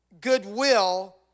goodwill